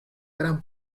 gran